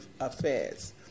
affairs